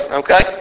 okay